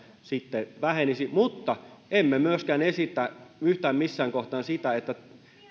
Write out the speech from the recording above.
sitten vähenisi mutta emme myöskään esitä yhtään missään kohtaa sitä että